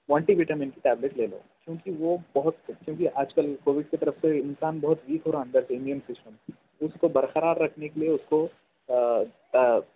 multi vitamin کی tablet لے لو کیونکہ وہ بہت کیونکہ آج کل کووڈ کی طرف سے انسان بہت ویک ہو رہا ہے اندر سے امونیم سسٹم اس کو برقرار رکھنے کے لئے اس کو